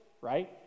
right